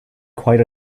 quite